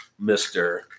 Mr